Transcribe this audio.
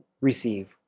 receive